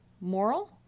Moral